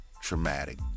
traumatic